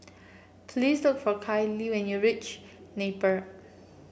please took for Kyleigh when you reach Napier